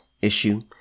issue